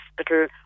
hospital